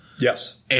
yes